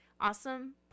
awesome